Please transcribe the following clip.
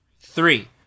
three